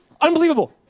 Unbelievable